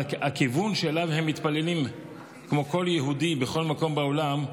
אבל כמו כל יהודי בכל מקום בעולם,